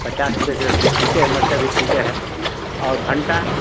पचास रुपये किलो तो ठीके है मिर्चा भी ठीके है और भंटा